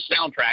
soundtrack